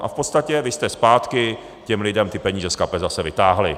V podstatě vy jste zpátky těm lidem ty peníze z kapes zase vytáhli.